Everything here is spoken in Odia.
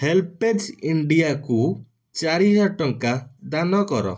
ହେଲ୍ପେଜ୍ ଇଣ୍ଡିଆକୁ ଚାରି ହଜାର ଟଙ୍କା ଦାନ କର